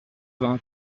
cent